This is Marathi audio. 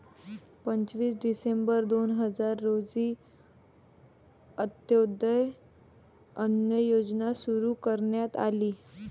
पंचवीस डिसेंबर दोन हजार रोजी अंत्योदय अन्न योजना सुरू करण्यात आली